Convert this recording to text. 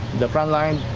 the front line.